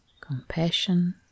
compassion